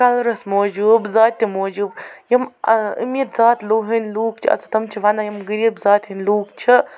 colours موٗجوٗب ذاتہِ موٗجوٗب یِم أمیٖر ذات لوٗ ہٕنٛدۍ لُکھ چھِ آسان تِم چھِ وَنن یِم غریٖب ذاتہِ ہٕنٛدۍ لُکھ چھِ